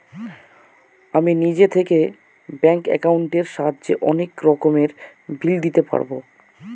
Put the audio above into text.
আমি নিজে থেকে ব্যাঙ্ক একাউন্টের সাহায্যে অনেক রকমের বিল দিতে পারবো